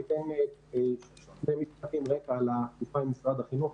אתן שני משפטי רקע על התקופה עם משרד החינוך,